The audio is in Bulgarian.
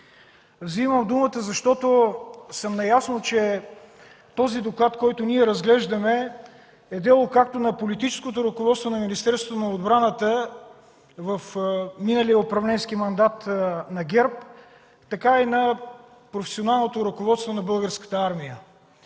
Вземам думата, защото съм наясно, че докладът, който разглеждаме, е дело както на политическото ръководство на Министерството на отбраната в миналия управленски мандат на ГЕРБ, така и на професионалното ръководство на Българската армия.